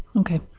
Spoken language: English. okay.